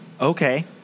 Okay